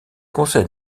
conseils